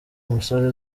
umusore